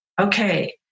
okay